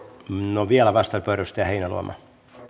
no vielä vastauspuheenvuoro edustaja heinäluoma